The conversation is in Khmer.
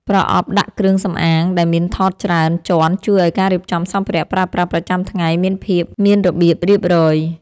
ប្រអប់ដាក់គ្រឿងសម្អាងដែលមានថតច្រើនជាន់ជួយឱ្យការរៀបចំសម្ភារៈប្រើប្រាស់ប្រចាំថ្ងៃមានភាពមានរបៀបរៀបរយ។